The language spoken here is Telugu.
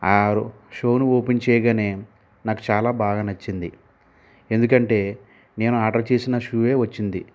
షూను ఓపెన్ చేయగానే నాకు చాలా బాగా నచ్చింది ఎందుకంటే నేను ఆర్డర్ చేసిన షూవే వచ్చింది